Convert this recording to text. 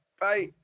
Bye